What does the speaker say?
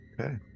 Okay